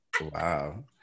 wow